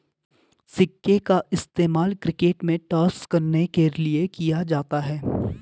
सिक्के का इस्तेमाल क्रिकेट में टॉस करने के लिए किया जाता हैं